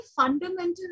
fundamental